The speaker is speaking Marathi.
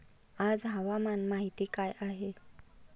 आज हवामान माहिती काय आहे?